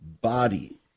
body